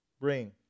bring